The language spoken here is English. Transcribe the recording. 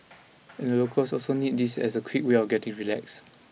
and the locals also need this as a quick way of getting relax